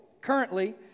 currently